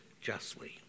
justly